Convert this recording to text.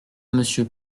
monsieur